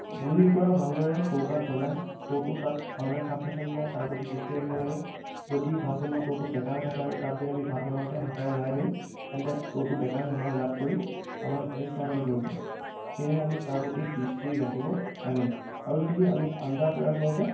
জুইৰ পৰা ভালদৰে চৌকাত জ্বলাই টৌটো তাত ভালদৰে খাপ খাইছে নে নাই তাৰ প্ৰতি দৃষ্টি ৰাখিব লাগে যদি ভাত বনোৱা টৌটো বেঁকা হৈ থাকে আৰু তাত যদি আমি ভাত বনাওঁতে হেতাৰে লৰাই দিওঁ তেন্তে টৌটো বেঁকা হৈ আমাৰ গাত পৰি আমাৰ অনিষ্ট সাধন কৰিব পাৰে সেয়ে আমি তাৰ প্ৰতি দৃষ্টি ৰাখিব লাগে আৰু যদি আমি আঞ্জা তৈয়াৰ কৰোঁতে